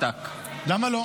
למה לא?